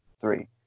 three